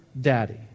Daddy